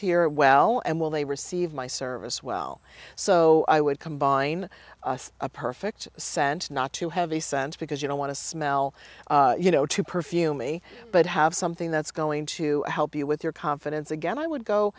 here well and will they receive my service well so i would combine a perfect sense not to have a sense because you don't want to smell you know to perfume me but have something that's going to help you with your confidence again i would go